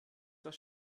das